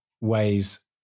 ways